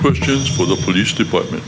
questions for the police department